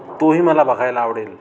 तोही मला बघायला आवडेल